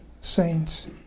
saints